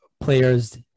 players